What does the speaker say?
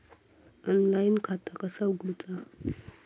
Online खाता कसा उगडूचा?